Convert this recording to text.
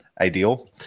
ideal